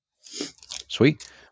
Sweet